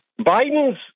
Biden's